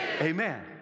amen